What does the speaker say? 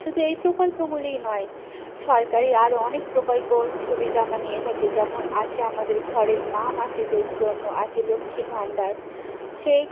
শুধু এই প্রকল্পগুলিই নয় সরকারি আরও অনেক প্রকল্পর সুবিদা আমরা নিয়ে থাকি যেমন আছে আমাদের ঘরের মা মাসিদের জন্য আছে লক্ষ্মীর ভান্ডার সেই